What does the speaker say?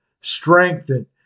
strengthen